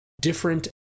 different